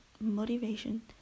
motivation